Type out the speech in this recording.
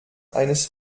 eines